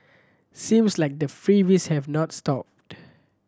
seems like the freebies have not stopped